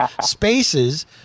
spaces